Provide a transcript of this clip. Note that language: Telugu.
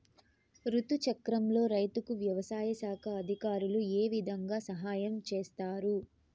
రుతు చక్రంలో రైతుకు వ్యవసాయ శాఖ అధికారులు ఏ విధంగా సహాయం చేస్తారు?